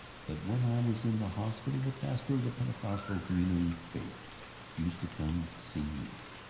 but when i was in the hospital the pastor of the pentecostal communion faith used to come to see me,